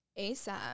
ASAP